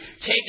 take